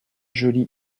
joli